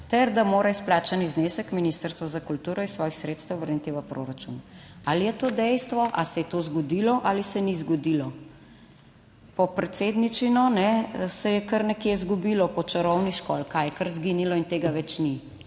ter da mora izplačani znesek Ministrstvo za kulturo iz svojih sredstev vrniti v proračun. Ali je to dejstvo ali se je to zgodilo ali se ni zgodilo? Po predsedničino se je kar nekje izgubilo, po čarovniško ali kaj, kar izginilo in tega več ni.